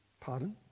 Pardon